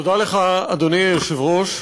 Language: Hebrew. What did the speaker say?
תודה לך, אדוני היושב-ראש.